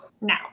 now